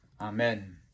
amen